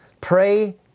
Pray